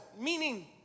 meaning